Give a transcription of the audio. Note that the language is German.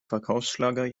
verkaufsschlager